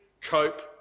cope